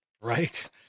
right